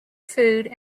food